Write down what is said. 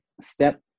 step